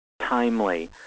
timely